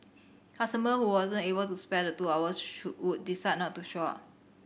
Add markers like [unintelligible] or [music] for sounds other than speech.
customers who wasn't able to spare the two hours [unintelligible] would decide not to show up